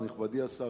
מכובדי השר,